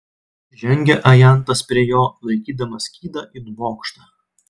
žengė ajantas prie jo laikydamas skydą it bokštą